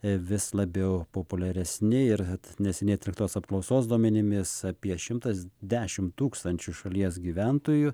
vis labiau populiaresni ir vat neseniai atliktos apklausos duomenimis apie šimtas dešimt tūkstančių šalies gyventojų